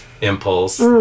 impulse